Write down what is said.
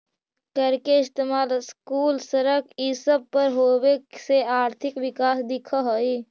कर के इस्तेमाल स्कूल, सड़क ई सब पर होबे से आर्थिक विकास दिख हई